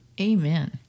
Amen